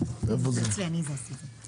שלום לכולם, אני מתכבד לפתוח את הישיבה.